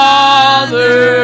Father